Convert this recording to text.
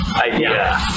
idea